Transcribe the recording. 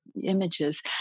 images